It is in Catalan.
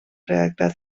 redactat